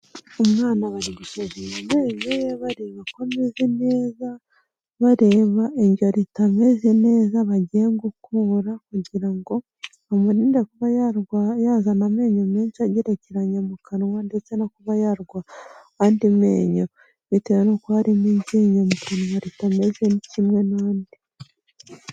Umwana bari gusuzuma amenyo ye bareba ko ameze neza, bareba iryo itameze neza bagiye gukubura kugira ngo bamurinde kuba yazana amenyo menshi agerekeranya mu kanwa ndetse no kuba yarwara andi menyo, bitewe n'uko harimo iryinyo mu kanwa ritameze ni kimwe n'andi.